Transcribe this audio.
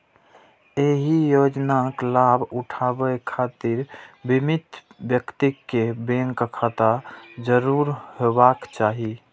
एहि योजनाक लाभ उठाबै खातिर बीमित व्यक्ति कें बैंक खाता जरूर होयबाक चाही